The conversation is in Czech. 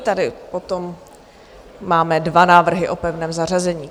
Tady potom máme dva návrhy o pevném zařazení.